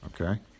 okay